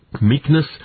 meekness